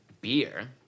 beer